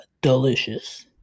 delicious